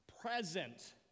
Present